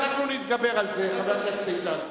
אנחנו נתגבר על זה, חבר הכנסת איתן.